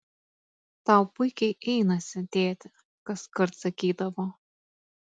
tau puikiai einasi tėti kaskart sakydavo